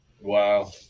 Wow